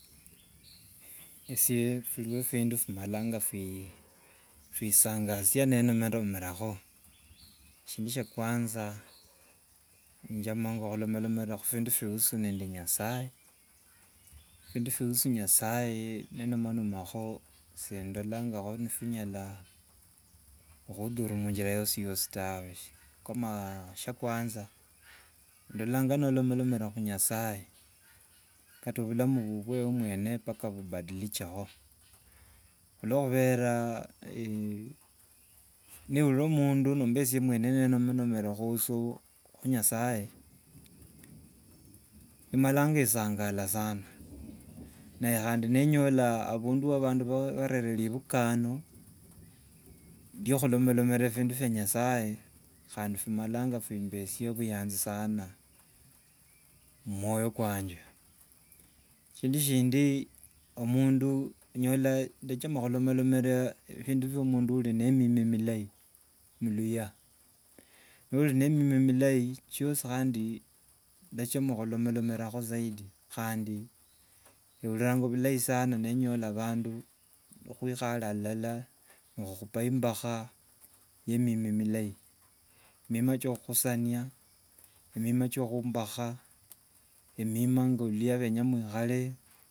Esye birio bindu bimalanga bi- bisangasia ne- nomanomerakho. Shindu sha kwanza njamanga khulomalomerakho khubindu bikhusu nende nyasaye, bindu bikhusu nyasaye e- nomanomerakho sindolanga- kho nibinyala khu- dhuru khungira yosiyosi tawe. Kama sha kwanza ololanga no- lomalomera khu- nyasaye kata bulamu bubwe ewe mwene paka bubadiliche- kho, khulokhubera ne- urira mundu nomba ese mwene ni nomanomera khu- nyasaye malanga esangala sana khandi nenyola abandu bandu ibarere ribukano rio khulomalomera bindu bya nyasaye, khandi bimalanga bimalanga bimberesia obuyanzi sana mumwoyo kwanje. Esindu shindi omundu onyola yachama khulomalomera bindu bya mundu ari ne- mima milayi muluuya. Nori ne- mima milayi syosi khandi ndachama khulomalomera- kho zaidi. Khandi ndeuriranga bulai sana ne- nyola bandu ni- khwikhale alala nikhupa imbakha ye emima milayi, mima cho- okhukhusiana, emima cha okhumbakha, emima nga- oluluya lwenya mwikhale.